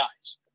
guys